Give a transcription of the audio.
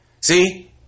See